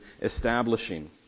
establishing